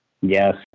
Yes